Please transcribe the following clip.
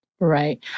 Right